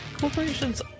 corporations